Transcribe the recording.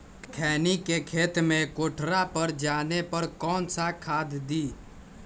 खैनी के खेत में ठोकरा पर जाने पर कौन सा खाद दी?